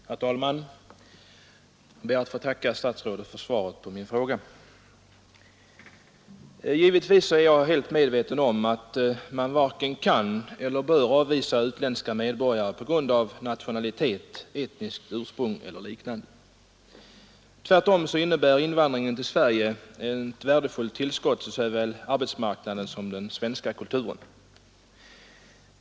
Herr talman! Jag ber att få tacka statsrådet för svaret på min fråga. Givetvis är jag helt medveten om att man varken kan eller bör avvisa utländska medborgare på grund av nationalitet, etniskt ursprung eller liknande. Tvärtom innebär invandringen till Sverige ett värdefullt tillskott till såväl arbetsmarknaden som den svenska kulturen.